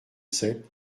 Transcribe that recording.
sept